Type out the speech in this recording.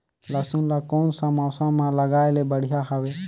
लसुन ला कोन सा मौसम मां लगाय ले बढ़िया हवे?